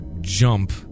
jump